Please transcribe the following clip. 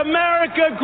America